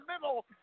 middle